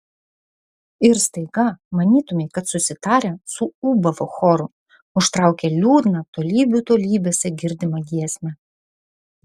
ir staiga manytumei kad susitarę suūbavo choru užtraukė liūdną tolybių tolybėse girdimą giesmę